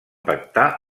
pactar